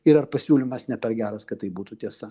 ir ar pasiūlymas ne per geras kad tai būtų tiesa